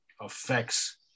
affects